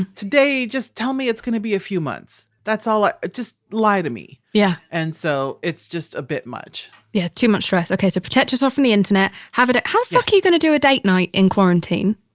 today, just tell me it's gonna be a few months, that's all i. just lie to me yeah and so it's just a bit much yeah. too much stress. okay. so protect us off from the internet. have it, how the fuck you gonna do a date night in quarantine?